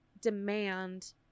demand